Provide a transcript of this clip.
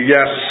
Yes